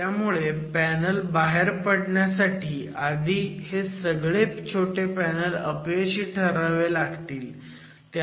त्यामुळे पॅनल बाहेर पडण्यासाठी आधी हे सगळे छोटे पॅनल अपयशी ठरले पाहिजेत